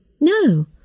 No